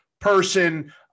person